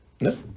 No